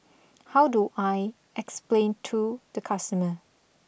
how do I explain to the customer